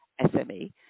SME